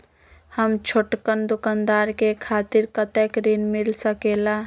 हम छोटकन दुकानदार के खातीर कतेक ऋण मिल सकेला?